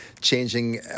changing